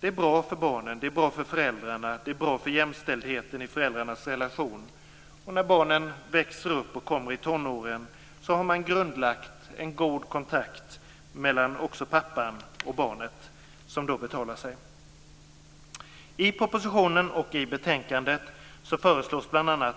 Det är bra för barnen, för föräldrarna och för jämställdheten i föräldrarnas relation. När barnen sedan växer upp och kommer i tonåren har man grundlagt en god kontakt också mellan pappan och barnet, något som då betalar sig. I propositionen och i betänkandet föreslås bl.a.